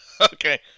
Okay